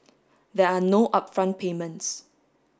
there are no upfront payments